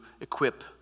equip